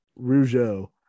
Rougeau